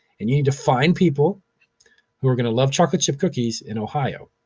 and, you need to find people who are gonna love chocolate chip cookies in ohio.